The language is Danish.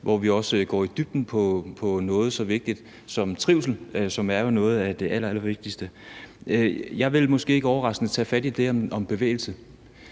hvor vi også går i dybden med noget så vigtigt som trivsel, som jo er noget af det allerallervigtigste. Jeg vil måske ikke overraskende tage fat i det med bevægelse